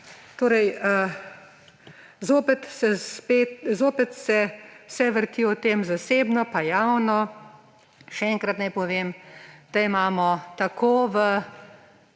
Torej zopet se vse vrti o tem: zasebno in javno. Še enkrat naj povem, da imamo tako v